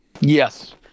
Yes